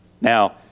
Now